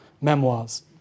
memoirs